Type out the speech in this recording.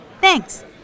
Thanks